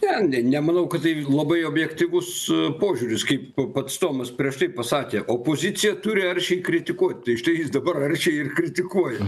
ne ne nemanau kad tai labai objektyvus požiūris kaip pats tomas prieš tai pasakė opozicija turi aršiai kritikuoti tai štai jis dabar aršiai kritikuoja